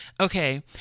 Okay